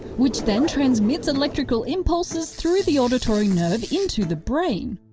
which then transmits electrical impulses through the auditory nerve into the brain.